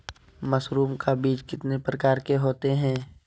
Mushroom का बीज कितने प्रकार के होते है?